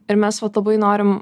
ir mes vat labai norim